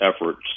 efforts